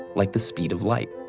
like the speed of light.